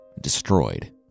destroyed